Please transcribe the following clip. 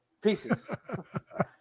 Pieces